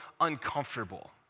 uncomfortable